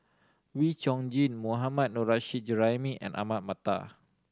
Wee Chong Jin Mohammad Nurrasyid Juraimi and Ahmad Mattar